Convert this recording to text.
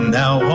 now